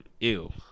Ew